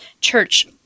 church